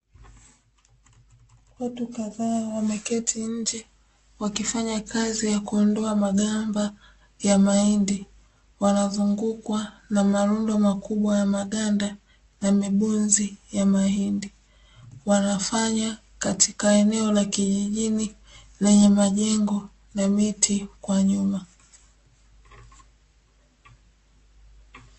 Watu kadhaa wameketi nje, wakifanya kazi ya kuondoa magamba ya mahindi. Wanazungukwa na marundo makubwa ya maganda na mibunzi ya mahindi. Wanafanya katika eneo la kijijini lenye majengo na miti kwa nyuma.